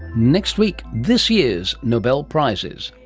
next week, this year's nobel prizes.